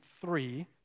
three